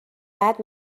بعد